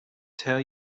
tell